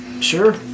Sure